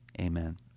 Amen